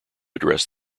address